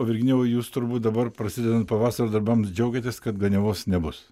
virginijau jūs turbūt dabar prasidedant pavasario darbams džiaugiatės kad ganiavos nebus